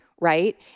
right